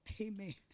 Amen